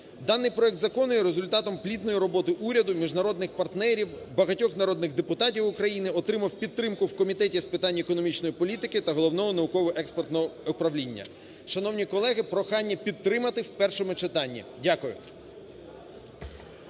Даний проект закону є результатом плідної роботи уряду, міжнародних партнерів, багатьох народних депутатів України, отримав підтримку в Комітеті з питань економічної політики та Головного науково-експертного управління. Шановні колеги, прохання підтримати в першому читанні. Дякую.